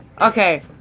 Okay